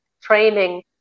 training